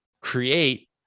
create